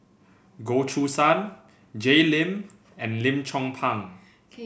Goh Choo San Jay Lim and Lim Chong Pang